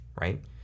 right